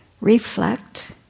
reflect